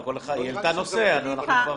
היא העלתה נושא, אז כבר